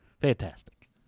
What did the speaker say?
Fantastic